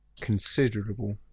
considerable